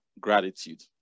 gratitude